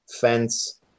fence